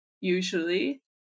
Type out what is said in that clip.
Usually